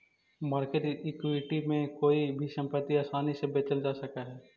market equity में कोई भी संपत्ति आसानी से बेचल जा सकऽ हई